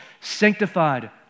sanctified